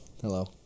hello